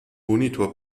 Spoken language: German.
monitor